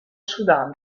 sudan